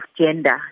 gender